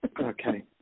Okay